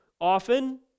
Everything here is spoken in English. Often